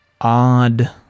odd